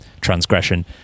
transgression